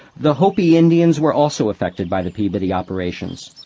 the hopi indians were also affected by the peabody operations.